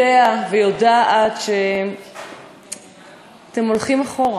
יודע ויודעת שאתם הולכים אחורה.